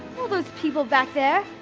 all those people back there.